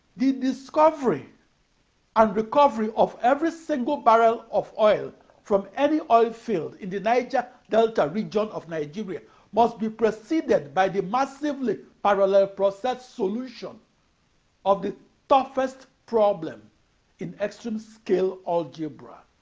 the discovery and recovery of every single barrel of oil from any oilfield in the niger-delta region of nigeria must be preceded by the massively parallel processed solution of the toughest problem in extreme-scale algebra.